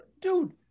Dude